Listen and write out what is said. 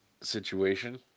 situation